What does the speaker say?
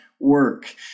work